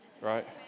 right